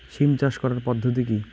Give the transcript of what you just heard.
সিম চাষ করার পদ্ধতি কী?